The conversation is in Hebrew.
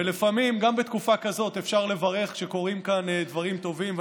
ולפעמים גם בתקופה כזאת אפשר לברך שקורים כאן דברים טובים,